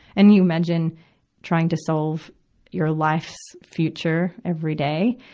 and you imagine trying to solve your life's future every day,